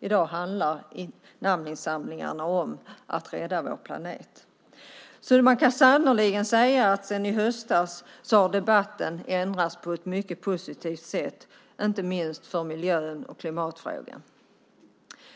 I dag handlar namninsamlingarna om att rädda vår planet. Man kan sannerligen säga att debatten sedan förra hösten ändrats på ett mycket positivt sätt, inte minst gäller det miljö och klimatfrågan.